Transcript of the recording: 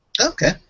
Okay